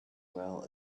well